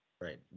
Right